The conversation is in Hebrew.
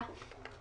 מקריאה.